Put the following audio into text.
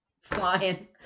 flying